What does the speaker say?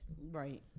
Right